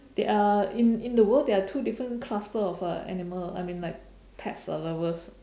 there are in in the world there are two different cluster of uh animal I mean like pets uh lovers